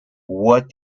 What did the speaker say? what